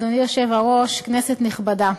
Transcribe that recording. אדוני היושב-ראש, כנסת נכבדה,